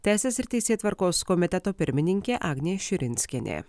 teisės ir teisėtvarkos komiteto pirmininkė agnė širinskienė